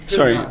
Sorry